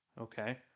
okay